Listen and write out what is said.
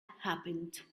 happened